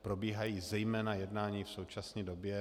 Probíhají zejména jednání v současné době.